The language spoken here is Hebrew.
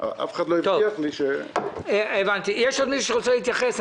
יש עוד מישהו שרוצה להתייחס?